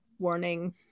warning